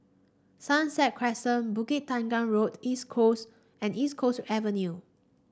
Sunset Crescent Bukit Tunggal Road East Coast and East Coast Avenue